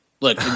Look